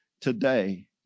today